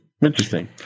Interesting